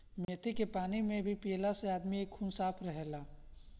मेथी के पानी में भे के पियला से आदमी के खून साफ़ रहेला